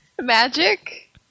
Magic